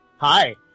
Hi